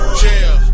jail